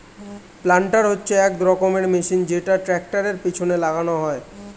planter হচ্ছে এক রকমের মেশিন যেটা ট্র্যাক্টরের পেছনে লাগানো হয়